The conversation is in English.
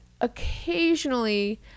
occasionally